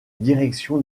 direction